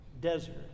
desert